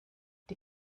die